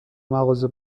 مغازه